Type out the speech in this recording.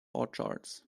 orchards